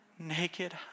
Naked